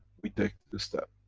we take the step.